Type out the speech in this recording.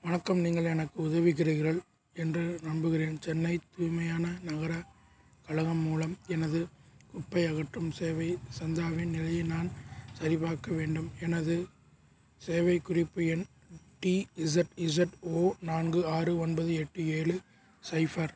வணக்கம் நீங்கள் எனக்கு உதவுகிறீர்கள் என்று நம்புகிறேன் சென்னை தூய்மையான நகரக் கழகம் மூலம் எனது குப்பை அகற்றும் சேவை சந்தாவின் நிலையை நான் சரிபார்க்க வேண்டும் எனது சேவைக் குறிப்பு எண் டிஇசட்இசட்ஓ நான்கு ஆறு ஒன்பது எட்டு ஏழு சைஃபர்